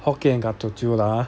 hokkien ga teochew lah !huh!